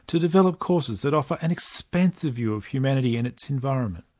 to develop courses that offer an expansive view of humanity and its environment.